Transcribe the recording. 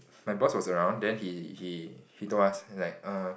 my boss was around then he he he told us he's like err